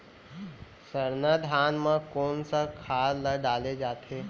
सरना धान म कोन सा खाद ला डाले जाथे?